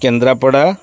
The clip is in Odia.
କେନ୍ଦ୍ରାପଡ଼ା